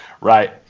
Right